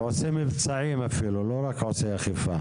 אפילו עושה מבצעים ולא רק אכיפה.